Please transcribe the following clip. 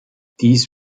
dies